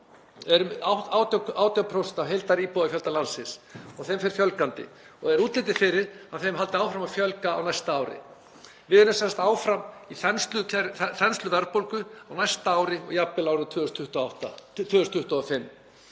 eru 18% af heildaríbúafjölda landsins og þeim fer fjölgandi og er útlit fyrir að þeim haldi áfram að fjölga á næsta ári. Við erum sem sagt áfram í þensluverðbólgu á næsta ári og jafnvel árið 2025,